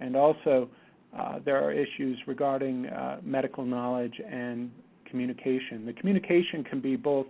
and also there are issues regarding medical knowledge and communication. the communication can be both